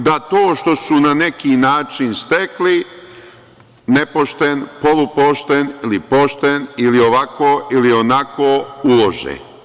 Oni vape da to što su na neki način stekli, nepošten, polupošten, ili pošten, ili ovako, ili onako, ulože.